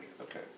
Okay